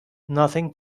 nothing